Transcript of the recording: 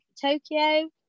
Tokyo